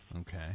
Okay